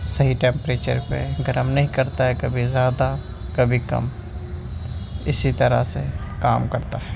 صحیح ٹیمپریچر پہ گرم نہیں کرتا ہے کبھی زیادہ کبھی کم اسی طرح سے کام کرتا ہے